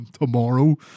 tomorrow